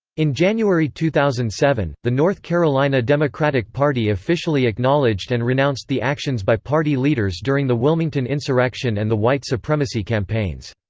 in january two thousand and seven, the north carolina democratic party officially acknowledged and renounced the actions by party leaders during the wilmington insurrection and the white supremacy campaigns.